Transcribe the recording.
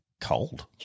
cold